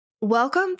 Welcome